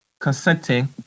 Consenting